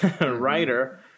writer